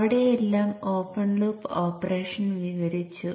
അവിടെ എല്ലാം open loop operation വിവരിച്ചു